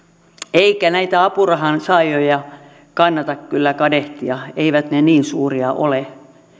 eikä näitä apurahan saajia kannata kyllä kadehtia eivät ne niin suuria ole